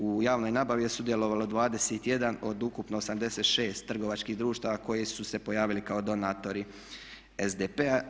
U javnoj nabavi je sudjelovalo 21 od ukupno 86 trgovačkih društava koji su se pojavili kao donatori SDP-a.